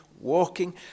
walking